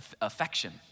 affection